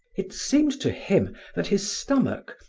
it seemed to him that his stomach,